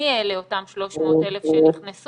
מי אלה אותם 300,000 שנכנסו,